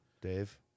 Dave